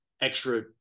extra